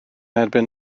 erbyn